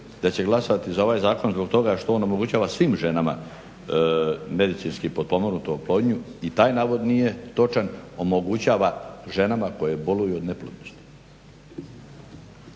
da će glasovati za ovaj zakon zbog toga što on omogućava svim ženama medicinski potpomognutu oplodnju. I taj navod nije točan, omogućava ženama koje boluju od neplodnosti.